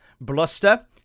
bluster